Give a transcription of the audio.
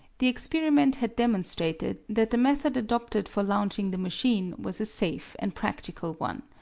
the experiment had demonstrated that the method adopted for launching the machine was a safe and practical one.